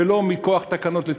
ולא מכוח תקנות.